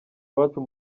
iwacu